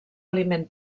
aliment